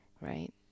right